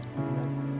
amen